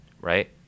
right